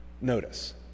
notice